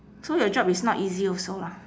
so your job is not easy also lah